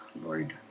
Lord